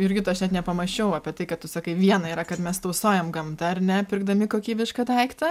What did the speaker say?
jurgita aš net nepamąsčiau apie tai kad tu sakai viena yra kad mes tausojam gamtą ar ne pirkdami kokybišką daiktą